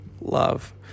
Love